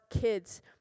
kids